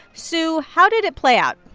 sue, how did it play out?